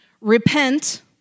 repent